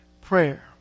prayer